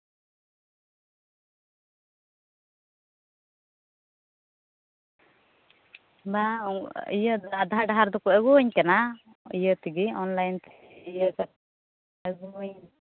ᱵᱟᱝ ᱤᱭᱟᱹ ᱫᱚ ᱟᱫᱷᱟ ᱰᱟᱦᱟᱨ ᱫᱚᱠᱚ ᱟᱹᱜᱩᱣᱟᱹᱧ ᱠᱟᱱᱟ ᱤᱭᱟᱹ ᱛᱮᱜᱮ ᱚᱱᱞᱟᱭᱤᱱ ᱛᱮ ᱤᱭᱟᱹ ᱠᱟᱛᱮ ᱟᱜᱩᱣᱤᱧ